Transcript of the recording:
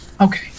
Okay